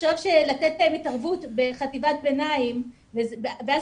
לחשוב שלתת להם התערבות בחטיבת ביניים ואז